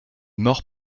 mort